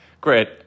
Great